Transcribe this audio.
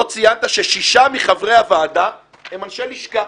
לא ציינת ששישה מחברי הוועדה הם אנשי לשכה.